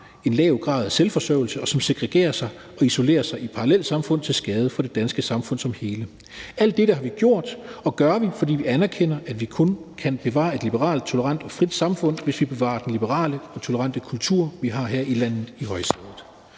en lav grad af selvforsørgelse, og som segregerer sig og isolerer sig i parallelsamfund til skade for det danske samfund som helhed. Alt dette har vi gjort og gør vi, fordi vi anerkender, at vi kun kan bevare et liberalt, tolerant og frit samfund, hvis vi bevarer den liberale og tolerante kultur, der er i højsædet